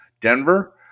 Denver